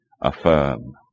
affirm